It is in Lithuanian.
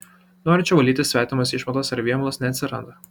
norinčių valyti svetimas išmatas ar vėmalus neatsiranda